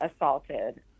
assaulted